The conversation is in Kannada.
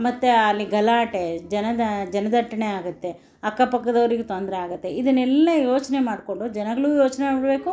ಮತ್ತೆ ಅಲ್ಲಿ ಗಲಾಟೆ ಜನ ಜನದಟ್ಟಣೆ ಆಗತ್ತೆ ಅಕ್ಕಪಕ್ಕದವ್ರಿಗೆ ತೊಂದರೆ ಆಗತ್ತೆ ಇದನ್ನೆಲ್ಲ ಯೋಚನೆ ಮಾಡಿಕೊಂಡು ಜನಗಳೂ ಯೋಚನೆ ಮಾಡಬೇಕು